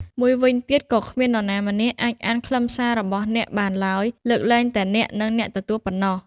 មួយវិញទៀតក៏គ្មាននរណាម្នាក់អាចអានខ្លឹមសារសាររបស់អ្នកបានឡើយ លើកលែងតែអ្នក និងអ្នកទទួលប៉ុណ្ណោះ។